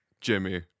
jimmy